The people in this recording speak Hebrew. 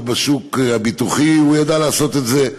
בשוק הביטוחים הוא ידע לעשות את זה.